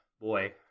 boy